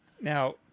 Now